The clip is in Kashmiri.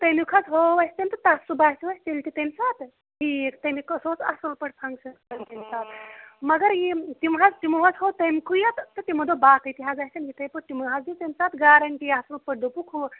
تہٕ تَمیُک حظ ہوو اَسہِ تٕم تہٕ پَتہٕ سُہ باسیٚو اَسہِ تیٚلہِ تہِ تَمہِ ساتہٕ ٹھیٖک تَمے کوٚر سُہ اوس اصل پٲٹھۍ فَنگشَن کَران تَمہِ ساتہٕ مگر یِم تِم حظ تَمو حظ ہوو تَمہِ کُے یوت تہٕ تِمو دوٚپ باقٕے تہِ آسَن اِتھٕے پٲٹھۍ تِمو حظ دِیُت تَمی ساتہٕ گارَنٹی اصل پٲٹھۍ دوٚپُک ہُہ